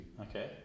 Okay